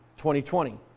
2020